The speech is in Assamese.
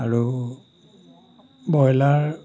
আৰু বইলাৰ